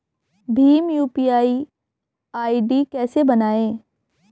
Bhim UPI ID कैसे बनाएं?